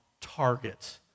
target